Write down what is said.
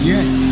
Yes